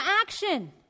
action